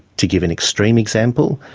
to give an extreme example,